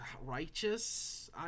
righteous